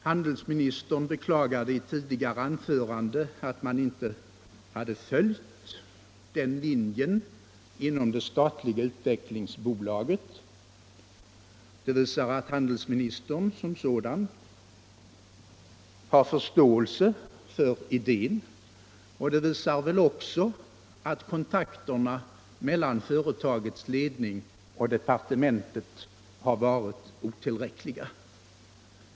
Handelsministern beklagade i ett tidigare anförande att man inte hade följt den linjen inom det statliga utvecklingsbolaget. Det visar att handelsministern i och för sig har förståelse för idén, och det pekar väl också på att kontakterna mellan företagets ledning och departementet har varit otillräckliga.